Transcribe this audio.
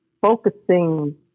focusing